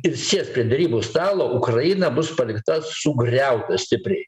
ir sėst prie derybų stalo ukraina bus palikta sugriauta stipriai